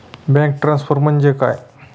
Bank transfer म्हणजे काय?